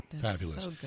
Fabulous